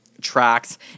tracks